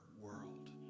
world